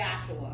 Joshua